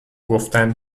گفتن